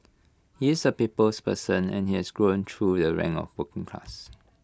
he is A people's person and he has grown through the rank of working class